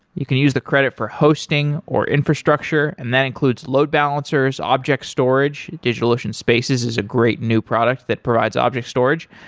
you can use the credit for hosting, or infrastructure, and that includes load balancers, object storage. digitalocean spaces is a great new product that provides object storage,